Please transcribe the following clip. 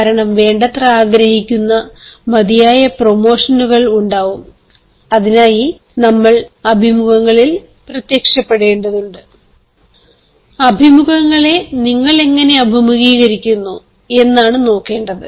കാരണം വേണ്ടത്ര ആഗ്രഹിക്കുന്ന മതിയായ പ്രമോഷനുകൾ ഉണ്ടാവും അതിനായി നമ്മൾ അഭിമുഖങ്ങളിൽ പ്രത്യക്ഷപ്പെടേണ്ടതുണ്ട് അഭിമുഖങ്ങളിൽ നിങ്ങൾ എങ്ങനെ അഭിമുഖീകരിക്കുന്നു എന്നാണ് നോക്കേണ്ടത്